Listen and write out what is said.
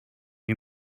you